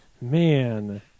Man